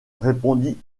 répondit